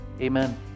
Amen